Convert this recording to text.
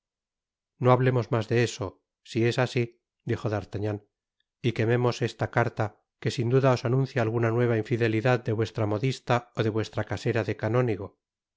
no hablemos mas de eso si es asi dijo d'artagnan y quememos esta carta que sin duda os anuncia alguna nueva infidelidad de vuestra modista ó de vuestra casera de canónigo